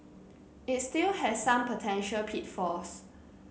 it still has some potential pitfalls